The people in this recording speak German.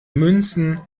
münzen